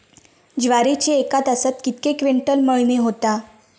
ज्वारीची एका तासात कितके क्विंटल मळणी होता?